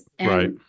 Right